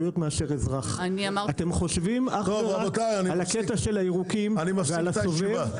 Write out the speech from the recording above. אתם חושבים אך ורק על הקטע של "הירוקים" ועל הסובב.